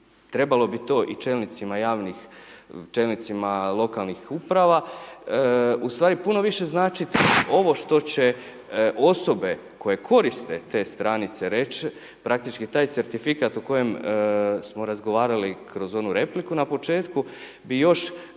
trebalo bi to i čelnicima lokalnih uprava, u stvari puno više znači ovo što će osobe koje koriste te stranice reć, praktički taj certifikat o kojem smo razgovarali kroz onu repliku na početku bi još